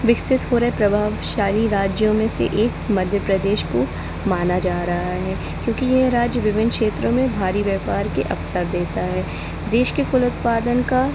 विकसित हो रहै प्रभावशाली राज्यों में से एक मध्य प्रदेश को माना जा रहा है क्योंकि ये राज्य विभिन्न क्षेत्रों में भारी व्यापार के अवसर देता है देश के कुल उत्पादन का